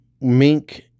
Mink